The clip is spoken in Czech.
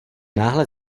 náhle